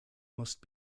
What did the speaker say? must